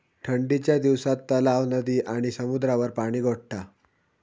ठंडीच्या दिवसात तलाव, नदी आणि समुद्रावर पाणि गोठता